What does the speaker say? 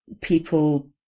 people